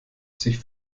sich